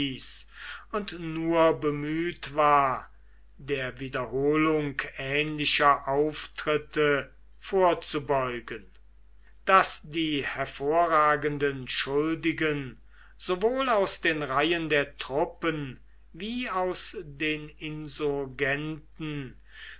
und nur bemüht war der wiederholung ähnlicher auftritte vorzubeugen daß die hervorragenden schuldigen sowohl aus den reihen der truppen wie aus den insurgenten